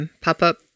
pop-up